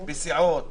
בסיעות,